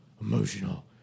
emotional